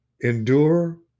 endure